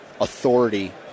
authority